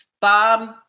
Bob